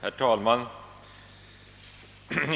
Herr talman!